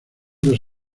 dos